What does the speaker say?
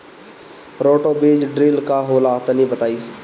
Roto बीज drill का होला तनि बताई?